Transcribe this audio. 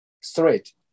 straight